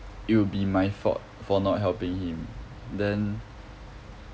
it will be my fault for not helping him then